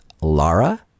Laura